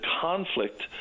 conflict